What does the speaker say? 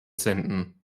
senden